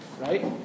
Right